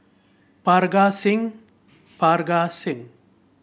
Parga Singh Parga Singh